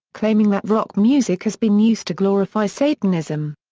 claiming that rock music has been used to glorify satanism.